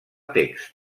text